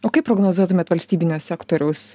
o kaip prognozuotumėt valstybinio sektoriaus